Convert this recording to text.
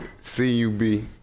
c-u-b